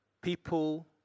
people